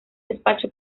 despacho